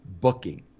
booking